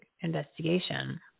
investigation